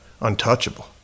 untouchable